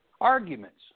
arguments